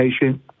patient